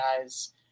guys